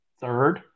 third